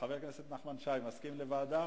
חבר הכנסת נחמן שי, מסכים לוועדה?